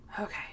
okay